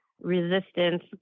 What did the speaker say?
resistance